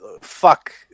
fuck